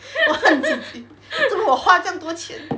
我恨自己做么我花这样多钱